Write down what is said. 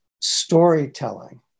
storytelling